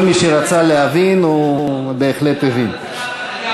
כל מי שרצה להבין בהחלט הבין.